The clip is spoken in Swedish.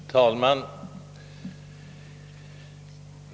Herr talman!